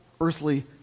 earthly